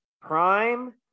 prime